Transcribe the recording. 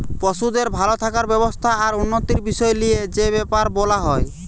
পশুদের ভাল থাকার ব্যবস্থা আর উন্নতির বিষয় লিয়ে যে বেপার বোলা হয়